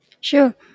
Sure